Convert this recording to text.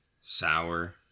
sour